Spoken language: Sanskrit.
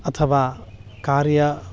अथवा कार्येषु